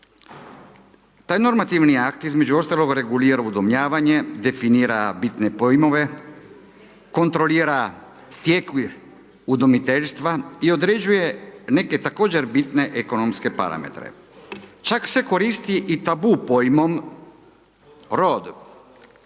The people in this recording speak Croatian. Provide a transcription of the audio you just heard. Taj normativni akti između ostaloga regulira udomljavanje, definira bitne pojmove, kontrolira tijek udomiteljstva i određuje neke također bitne ekonomske parametre. Čak se koristi i tabu pojmom rod